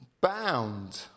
Bound